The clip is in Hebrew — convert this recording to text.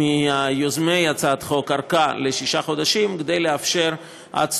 מיוזמי הצעת החוק ארכה של שישה חודשים כדי לאפשר לאותו צוות שרים,